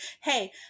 Hey